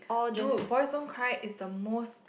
dude boys don't cry is the most